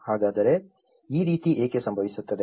ಹಾಗಾದರೆ ಈ ರೀತಿ ಏಕೆ ಸಂಭವಿಸುತ್ತದೆ